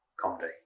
comedy